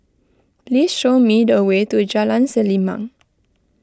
please show me the way to Jalan Selimang